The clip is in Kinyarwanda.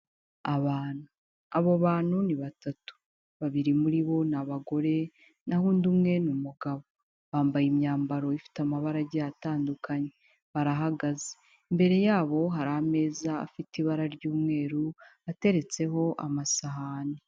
Abantu, abo bantu ni batatu, babiri muri bo ni abagore, naho undi umwe ni umugabo, bambaye imyambaro ifite amabara agiye atandukanye, barahagaze, imbere yabo hari ameza afite ibara ry'umweru ateretseho amasahani.